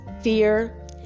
fear